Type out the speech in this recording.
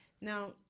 Now